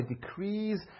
decrees